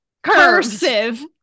Cursive